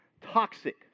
toxic